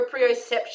proprioception